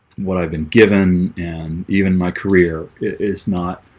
what i've been given and even my career it's not